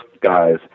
guys